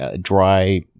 dry